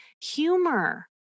humor